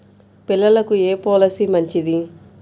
పిల్లలకు ఏ పొలసీ మంచిది?